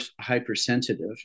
hypersensitive